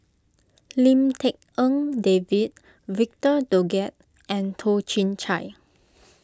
Lim Tik En David Victor Doggett and Toh Chin Chye